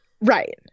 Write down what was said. Right